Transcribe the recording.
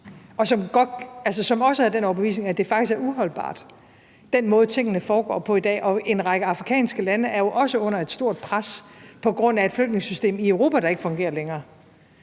faktisk også af den overbevisning, at den måde, tingene foregår på i dag, faktisk er uholdbart, og en række afrikanske lande er jo også under stort pres på grund af et flytningesystem i Europa, der ikke fungerer længere.